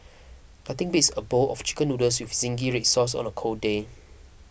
nothing beats a bowl of Chicken Noodles with Zingy Red Sauce on a cold day